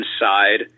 inside